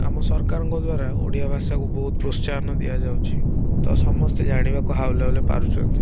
ଆମ ସରକାରଙ୍କ ଦ୍ଵାରା ଓଡ଼ିଆ ଭାଷାକୁ ବହୁତ ପ୍ରୋତ୍ସାହନ ଦିଆଯାଉଛି ତ ସମସ୍ତେ ଜାଣିବାକୁ ହାଉଲେ ହାଉଲେ ପାରୁଛନ୍ତି